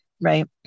Right